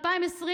ב-2020,